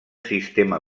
sistema